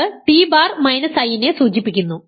അത് T bar minus i നെ സൂചിപ്പിക്കുന്നു